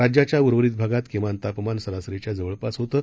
राज्याच्याउर्वरितभागातकिमानतापमानसरासरीच्याजवळपासहोतं